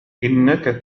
إنك